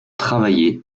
travaillées